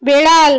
বেড়াল